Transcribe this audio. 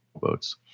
votes